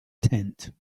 tent